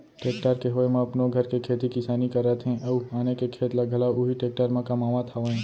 tractor के होय म अपनो घर के खेती किसानी करत हें अउ आने के खेत ल घलौ उही टेक्टर म कमावत हावयँ